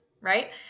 right